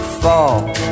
fall